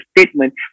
statement